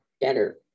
better